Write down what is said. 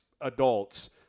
adults